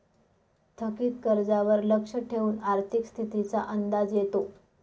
थकीत कर्जावर लक्ष ठेवून आर्थिक स्थितीचा अंदाज येतो